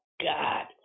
God